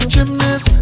Gymnast